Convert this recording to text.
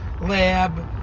Lab